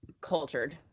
cultured